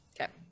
Okay